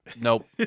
Nope